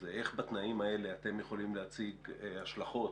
איך בתנאים האלה אתם יכולים להציג השלכות?